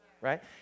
right